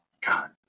God